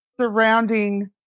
surrounding